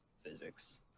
physics